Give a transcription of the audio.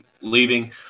leaving